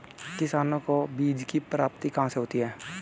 किसानों को बीज की प्राप्ति कहाँ से होती है?